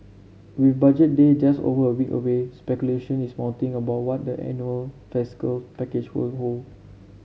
with Budget Day just over a week away speculation is mounting about what the annual fiscal package will hold